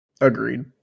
Agreed